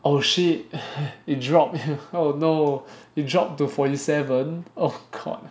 oh shit it droppped oh no it dropped to forty seven oh god